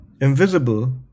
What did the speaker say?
invisible